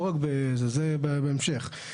זה בהמשך.